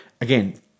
again